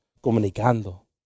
comunicando